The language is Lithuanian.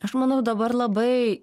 aš manau labai